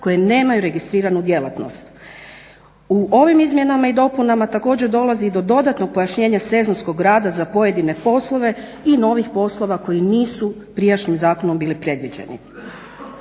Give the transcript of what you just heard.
koje nemaju registriranu djelatnost. U ovim izmjenama i dopunama također dolazi i do dodatnog pojašnjenja sezonskog rada za pojedine poslove i novih poslova koji nisu prijašnjim zakonom bili predviđeni.